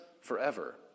forever